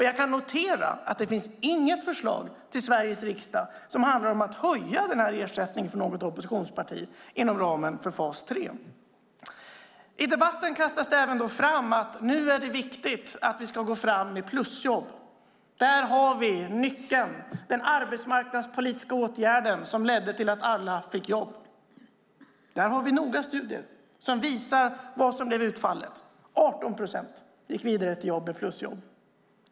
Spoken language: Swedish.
Jag kan notera att det inte finns något förslag från något oppositionsparti till Sveriges riksdag som handlar om att höja ersättningen inom ramen för fas 3. I debatten kastas även fram att det är viktigt med plusjobb. Där har vi nyckeln. Det är den arbetsmarknadspolitiska åtgärd som ledde till att alla fick jobb. Där har vi studier som visar utfallet. Det var 18 procent som gick vidare till jobb med plusjobb.